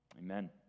Amen